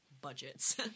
budgets